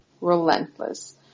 relentless